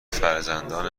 فرزندان